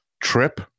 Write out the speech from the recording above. trip